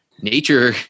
nature